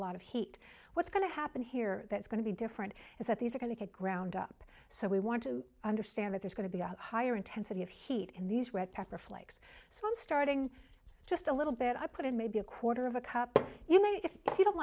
lot of heat what's going to happen here that's going to be different is that these are going to get ground up so we want to understand that there's going to be a higher intensity of heat in these red pepper flakes so i'm starting just a little bit i put in maybe a quarter of a cup you know if you don't